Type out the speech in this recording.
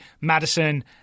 Madison